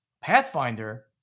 pathfinder